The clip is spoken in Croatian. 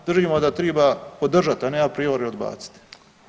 Držimo da triba podržati, a ne a priori odbaciti.